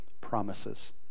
promises